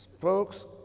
Folks